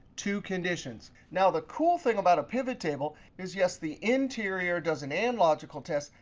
two conditions. now, the cool thing about a pivottable is, yes, the interior does an and logical test,